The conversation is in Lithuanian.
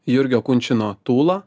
jurgio kunčino tūla